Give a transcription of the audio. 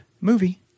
movie